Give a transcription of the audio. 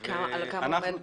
על כמה אחוזים